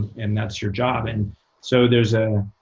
and that's your job. and so there's a